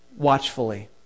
watchfully